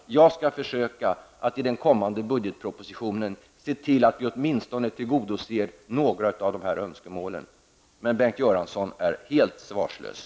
Att han skall försöka att i den kommande budgetpropositionen se till att vi åtminstone tillgodoser några av de här önskemålen, men Bengt Göransson är helt svarslös.